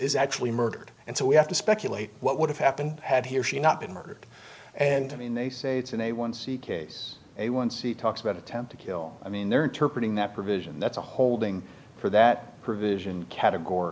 is actually murdered and so we have to speculate what would have happened had he or she not been murdered and i mean they say it's in a one c case a one c talks about attempt to kill i mean they're interpreted that provision that's a holding for that